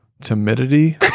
timidity